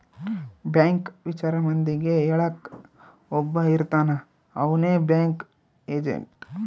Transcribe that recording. bank ವಿಚಾರ ಮಂದಿಗೆ ಹೇಳಕ್ ಒಬ್ಬ ಇರ್ತಾನ ಅವ್ನೆ ಬ್ಯಾಂಕ್ ಏಜೆಂಟ್